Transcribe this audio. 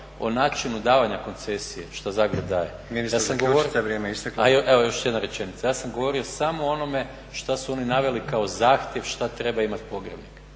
isteklo. **Maras, Gordan (SDP)** Evo još jedna rečenica. Ja sam govorio samo o onome što su oni naveli kao zahtjev šta treba imat pogrebnik.